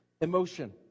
emotion